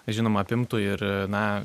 žinoma apimtų ir na